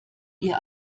ihr